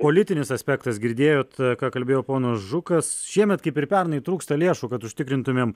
politinis aspektas girdėjot ką kalbėjo ponas žukas šiemet kaip ir pernai trūksta lėšų kad užtikrintumėm